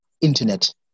internet